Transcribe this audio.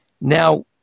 Now